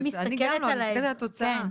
אני מסתכלת על התוצאה.